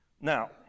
Now